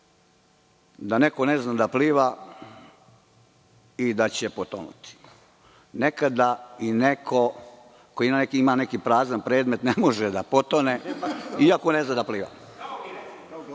da neko ne zna da pliva i da će potonuti. Nekada i neko ko ima neki prazan predmet ne može da potone, iako ne zna da pliva.